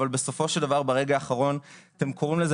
אבל בסופו של דבר ברגע האחרון אתם קוראים לזה